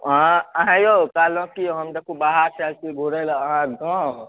अहाँ अहाँयौ कहलहुॅं की हम देखु बाहरसँ आएल छी घुरैला अहाँके गाँव